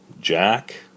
Jack